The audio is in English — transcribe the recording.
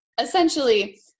Essentially